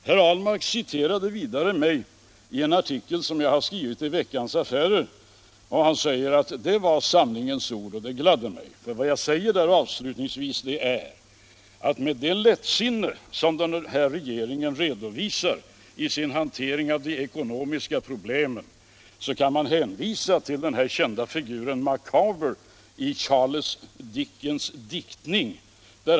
Herr Ahlmark citerade vidare ur en artikel som jag har skrivit i Veckans Affärer, och han sade att det var sanningens ord. Det gladde mig, för vad jag avslutningsvis säger i artikeln är att med det lättsinne som den nya regeringen visar i sin hantering av de eko nomiska problemen kan man hänvisa till den kända figuren Micawber Nr 62 i Charles Dickens diktning.